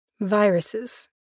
Viruses